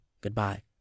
Goodbye